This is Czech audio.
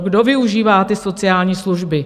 Kdo využívá ty sociální služby?